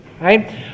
right